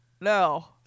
No